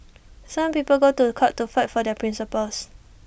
some people go to court to fight for their principles